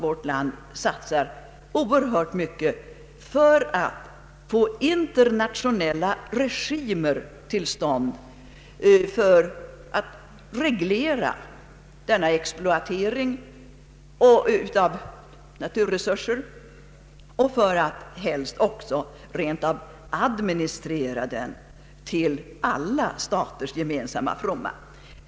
Vårtland arbetar för att få till stånd internationella regimer i syfte att reglera all denna nya exploatering av naturresurser och för att helst också rent av administrera den, till alla staters gemensamma fromma.